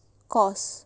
course